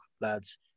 lads